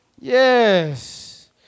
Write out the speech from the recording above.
Yes